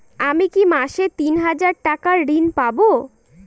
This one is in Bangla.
আমি কি মাসে তিন হাজার টাকার ঋণ পাবো?